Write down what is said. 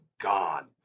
gone